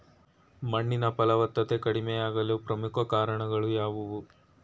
ಮಣ್ಣಿನ ಫಲವತ್ತತೆ ಕಡಿಮೆಯಾಗಲು ಪ್ರಮುಖ ಕಾರಣಗಳು ಯಾವುವು?